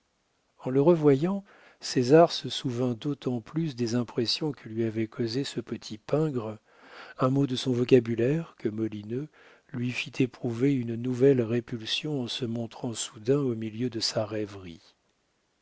en le revoyant césar se souvint d'autant plus des impressions que lui avait causées ce petit pingre un mot de son vocabulaire que molineux lui fit éprouver une nouvelle répulsion en se montrant soudain au milieu de sa rêverie